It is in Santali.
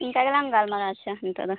ᱤᱱᱠᱟᱹ ᱜᱮᱞᱟᱝ ᱜᱟᱞᱢᱟᱨᱟᱣᱟ ᱟᱪᱪᱷᱟ ᱱᱤᱛᱤᱚᱜ ᱫᱚ